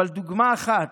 אבל דוגמה אחת,